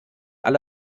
alle